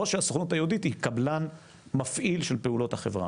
או שהסוכנות היהודית היא קבלן מפעיל של פעולות החברה,